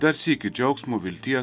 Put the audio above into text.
dar sykį džiaugsmo vilties